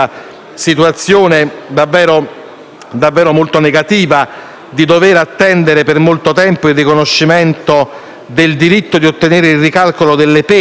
davvero molto negativa di dover attendere per molto tempo il riconoscimento del diritto ad ottenere il ricalcolo delle pene sulla base della nuova normativa.